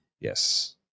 Yes